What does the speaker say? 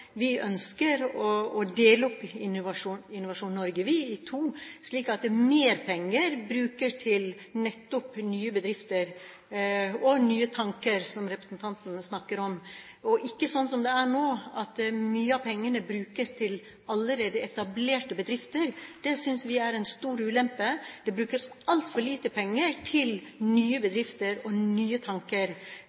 Vi ønsker å dele opp Innovasjon Norge i to, slik at mer penger brukes til nettopp nye bedrifter og nye tanker, som representanten snakker om, og ikke at det er sånn som nå – at mye av pengene brukes til allerede etablerte bedrifter. Det synes vi er en stor ulempe. Det brukes altfor lite penger til nye bedrifter og nye tanker.